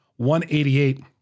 188